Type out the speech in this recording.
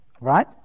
right